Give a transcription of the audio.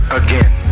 again